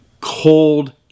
Cold